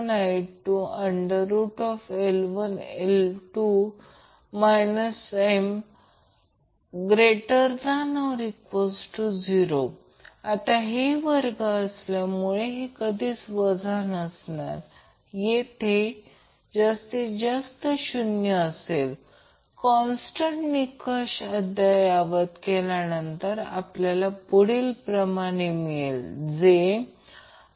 तर आणि ZL4 4 RC 2 XL 2 0 असेल तर C 2LZL 2 चे फक्त एक मूल्य असेल ज्या सर्किटला आपण रेझोनन्स सर्किट म्हणतो परंतु जर हे पद निगेटिव्ह झाले तर C च्या कोणत्याही मूल्यासाठी ते सर्किट रेसोनेट होणार नाही